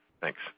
Thanks